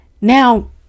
Now